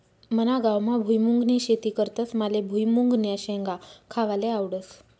मना गावमा भुईमुंगनी शेती करतस माले भुईमुंगन्या शेंगा खावाले आवडस